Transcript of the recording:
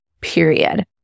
period